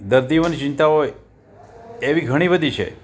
દર્દીઓની ચિંતાઓ એવી ઘણી બધી છે